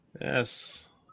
Yes